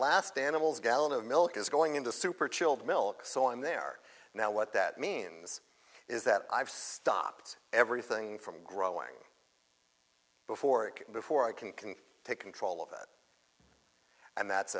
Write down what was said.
last animal's gallon of milk is going into super chilled milk so i'm there now what that means is that i've stopped everything from growing before it before i can can take control of it and that